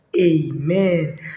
Amen